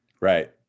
Right